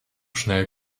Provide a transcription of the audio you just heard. schnell